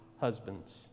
husbands